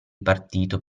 partito